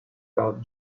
par